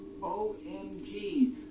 OMG